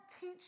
teach